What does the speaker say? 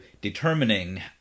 determining